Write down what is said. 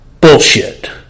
Bullshit